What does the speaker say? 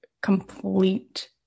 complete